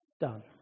done